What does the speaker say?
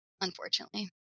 unfortunately